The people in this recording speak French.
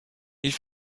ils